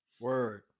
word